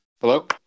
Hello